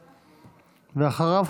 ואחריו,